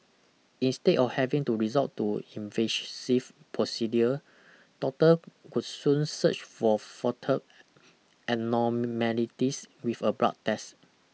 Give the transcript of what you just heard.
instead of having to resort to invasive procedure doctor could soon search for foetal abnormalities with a blood test